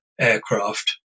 aircraft